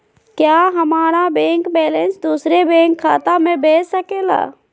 क्या हमारा bank balance दूसरे बैंक खाता में भेज सके ला?